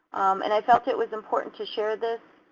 and i felt it was important to share this,